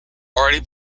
already